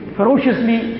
ferociously